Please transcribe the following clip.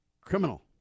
criminal